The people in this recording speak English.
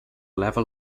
level